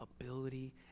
ability